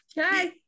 Hi